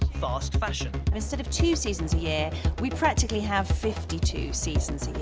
fast fashion. and instead of two seasons yeah we practically have fifty two seasons a yeah